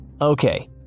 Okay